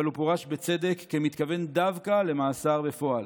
אבל הוא פורש, בצדק, כמתכוון דווקא למאסר בפועל,